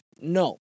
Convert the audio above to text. No